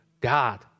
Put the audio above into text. God